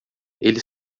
ele